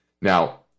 Now